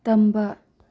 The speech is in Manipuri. ꯇꯝꯕ